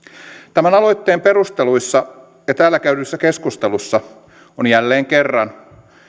tämän aloitteen perusteluissa ja täällä käydyissä keskustelussa on jälleen kerran